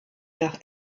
nach